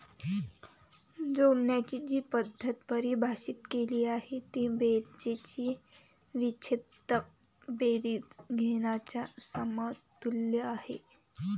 जोडण्याची जी पद्धत परिभाषित केली आहे ती बेरजेची विच्छेदक बेरीज घेण्याच्या समतुल्य आहे